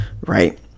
right